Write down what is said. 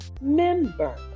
member